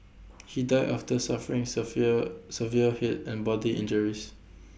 he died after suffering severe severe Head and body injuries